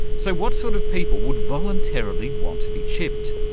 so what sort of people would voluntarily want to be chipped?